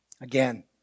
Again